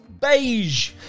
beige